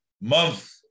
month